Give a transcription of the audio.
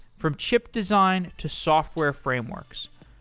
from chip design to software frameworks.